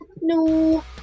No